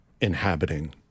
inhabiting